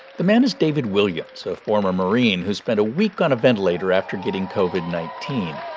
the man is david williams, so a former marine who spent a week on a ventilator after getting covid nineteen.